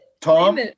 Tom